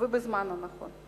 ובזמן הנכון.